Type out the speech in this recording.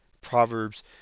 Proverbs